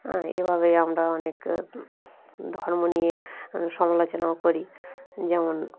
হ্যাঁ এভাবে আমরা অনেক ধর্ম নিয়ে সমালোচনাও করি যেমন